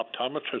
optometrist